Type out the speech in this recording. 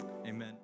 amen